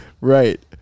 Right